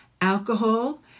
alcohol